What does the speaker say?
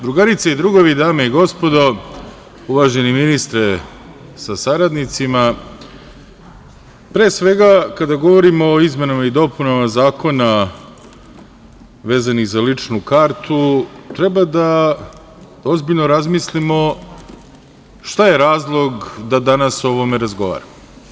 Drugarice i drugovi, dame i gospodo, uvaženi ministre sa saradnicima, pre svega kada govorimo o izmenama i dopunama Zakona vezanih za ličnu kartu treba ozbiljno da razmislimo šta je razlog da danas o ovome razgovaramo.